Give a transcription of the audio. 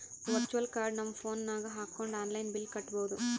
virtual card ನಮ್ phone ನಾಗ್ ಹಾಕೊಂಡ್ ಆನ್ಲೈನ್ ಬಿಲ್ ಕಟ್ಟಬೋದು